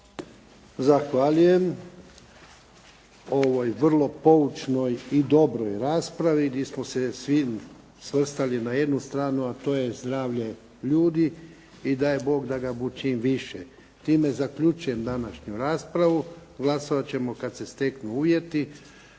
Zahvaljujem o ovoj vrlo poučnoj i dobroj raspravi di smo se svi svrstali na jednu stranu, a to je zdravlje ljude i daj Bog da ga bu čim više. Time zaključujem današnju raspravu. Glasovat ćemo kad se steknu uvjeti